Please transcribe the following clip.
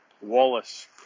Wallace